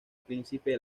príncipe